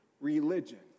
religion